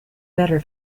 better